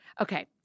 Okay